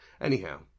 Anyhow